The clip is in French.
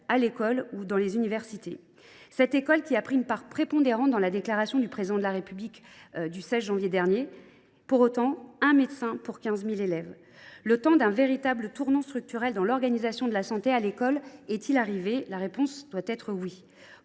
à l’école ou dans les universités. Si l’école a pris une part prépondérante dans les déclarations du Président de la République du 16 janvier dernier, on compte un médecin pour 15 000 élèves ! Le temps d’un véritable tournant structurel dans l’organisation de la santé à l’école est il arrivé ? La réponse doit être : oui